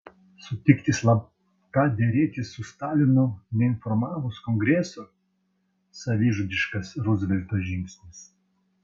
sutikti slapta derėtis su stalinu neinformavus kongreso savižudiškas ruzvelto žingsnis